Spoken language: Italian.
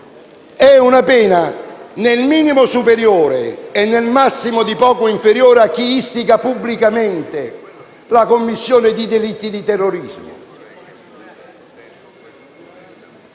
Shoah è nel minimo superiore e nel massimo di poco inferiore a chi istiga pubblicamente la commissione di delitti di terrorismo?